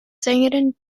sängerin